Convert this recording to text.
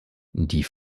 die